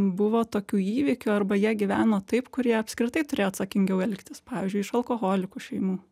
buvo tokių įvykių arba jie gyveno taip kurie apskritai turėjo atsakingiau elgtis pavyzdžiui iš alkoholikų šeimų